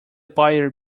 buyer